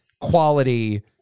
quality